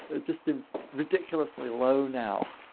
it just seems ridiculously low now.